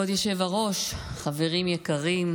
כבוד היושב-ראש, חברים יקרים,